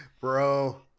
bro